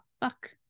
fuck